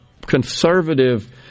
conservative